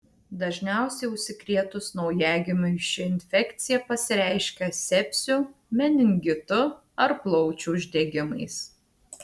dažniausiai užsikrėtus naujagimiui ši infekcija pasireiškia sepsiu meningitu ar plaučių uždegimais